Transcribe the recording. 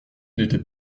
n’était